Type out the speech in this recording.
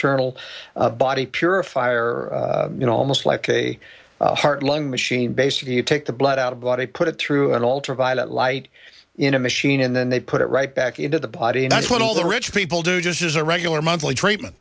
terminal body purifier you know almost like a heart lung machine basically you take the blood out of body put it through an ultraviolet light in a machine and then they put it right back into the body and that's what all the rich people do just as a regular monthly treatment